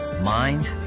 mind